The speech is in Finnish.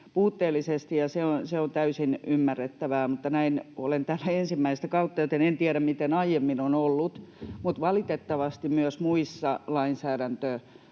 puutteellisesti, ja se on täysin ymmärrettävää. Olen täällä ensimmäistä kautta, joten en tiedä, miten aiemmin on ollut, mutta valitettavasti myös muissa lainsäädäntöasioissa